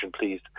please